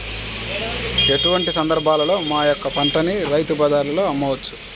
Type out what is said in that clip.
ఎటువంటి సందర్బాలలో మా యొక్క పంటని రైతు బజార్లలో అమ్మవచ్చు?